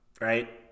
right